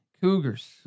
Cougars